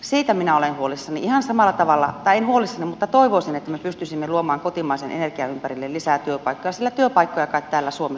siitä minä olen huolissani tai en huolissani mutta toivoisin että me pystyisimme luomaan kotimaisen energian ympärille lisää työpaikkoja sillä työpaikkoja kai täällä suomessa tarvitaan